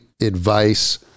advice